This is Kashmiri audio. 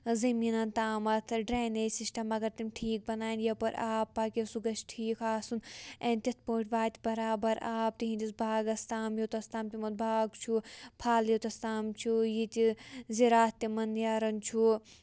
زٔمیٖنن تامَتھ ڈرٛینیج سِسٹَم اگر تِم ٹھیٖک بَناوَن یَپٲرۍ آب پَکہِ سُہ گَژھِ ٹھیٖک آسُن این تِتھ پٲٹھۍ واتہِ برابر آب تِہِنٛدِس باغَس تام یوٚتَس تام تِمن باغ چھُ پھل یوٚتَس تام چھُ یہِ تہِ زِراعت تِمَن نیران چھُ